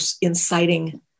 inciting